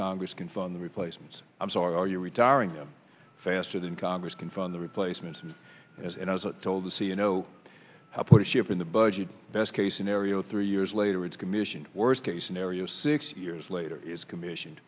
congress can fund the replacements i'm sorry you're retiring them faster than congress can fund the replacements and as i was told to see you know i put a ship in the budget case scenario three years later it's commissioned worst case scenario six years later is commission